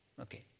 Okay